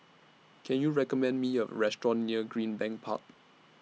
Can YOU recommend Me A Restaurant near Greenbank Park